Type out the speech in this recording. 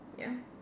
ya